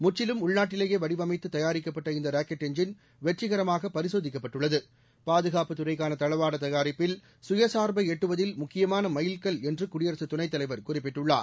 முற்றிலும் உள்நாட்டிலேயே வடிவமைத்து தயாரிக்கப்பட்ட இந்த ராக்கெட் எஞ்சின் வெற்றிகரமாக பரிசோதிக்கப்பட்டுள்ளது பாதுகாப்புத்துறைக்கான தளவாட தயாரிப்பில் சுயசார்பை எட்டுவதில் முக்கியமான மைல்கல் என்று குடியரசு துணைத் தலைவர் குறிப்பிட்டுள்ளார்